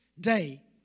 day